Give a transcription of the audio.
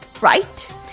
right